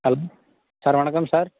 hello sir வணக்கம் sir